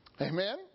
Amen